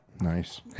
Nice